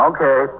Okay